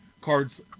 cards